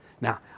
Now